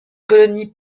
colonie